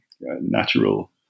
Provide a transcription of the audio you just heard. natural